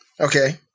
Okay